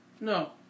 No